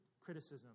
criticism